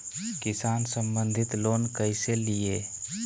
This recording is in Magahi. किसान संबंधित लोन कैसै लिये?